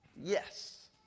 yes